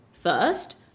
first